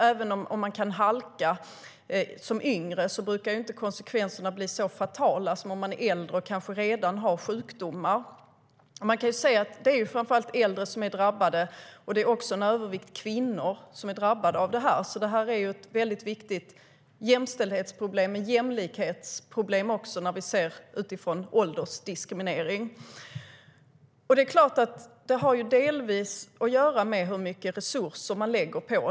Även om man kan halka som yngre brukar inte konsekvenserna bli så fatala som om man är äldre och kanske redan har sjukdomar. Det är också övervägande kvinnor som är drabbade. Detta är därför ett väldigt viktigt jämställdhets och jämlikhetsproblem utifrån åldersdiskriminering. Det är klart att det delvis har att göra med hur mycket resurser man lägger.